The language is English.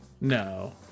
No